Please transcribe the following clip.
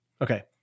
Okay